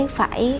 phải